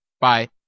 Bye